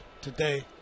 today